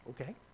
okay